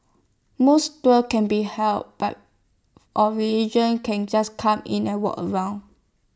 mosque tours can be held by or religion can just come in and walk around